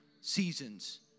seasons